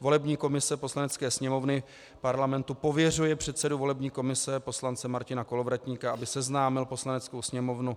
Volební komise Poslanecké sněmovny Parlamentu pověřuje předsedu volební komise poslance Martina Kolovratníka, aby seznámil Poslaneckou sněmovnu